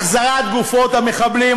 החזרת גופות המחבלים,